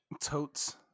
Totes